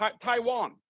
Taiwan